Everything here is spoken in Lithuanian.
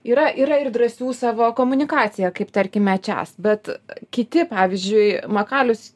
yra yra ir drąsių savo komunikacija kaip tarkime czas bet kiti pavyzdžiui makalius